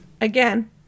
Again